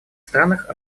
странах